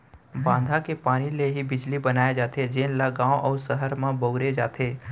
बांधा के पानी ले ही बिजली बनाए जाथे जेन ल गाँव अउ सहर म बउरे जाथे